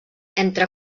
entre